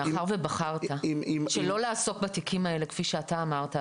מאחר ובחרת שלא לעסוק בתיקים האלה כפי שאתה אמרת,